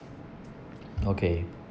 okay